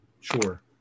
Sure